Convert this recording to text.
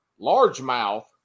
largemouth